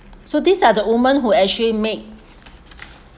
so these are the women who actually make